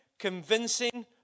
Convincing